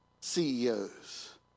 CEOs